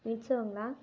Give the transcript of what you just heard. மீட்ஷோங்களா